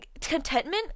contentment